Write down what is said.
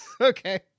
Okay